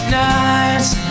nights